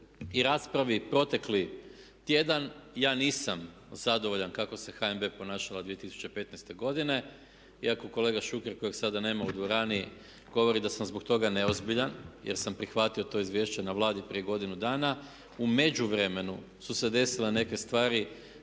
i raspravi protekli tjedan ja nisam zadovoljan kako se HNB ponašala 2015. godine iako kolega Šuker kojeg sada nema u dvorani govori da sam zbog toga neozbiljan jer sam prihvatio to izvješće na Vladi prije godinu dana, u međuvremenu su se desile neke stvari